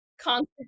constant